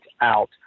out